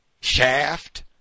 Shaft